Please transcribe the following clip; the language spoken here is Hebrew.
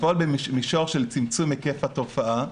לפעול במישור של צמצום היקף התופעה,